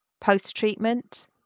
post-treatment